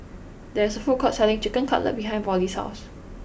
there is a food court selling Chicken Cutlet behind Vollie's house